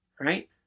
Right